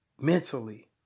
mentally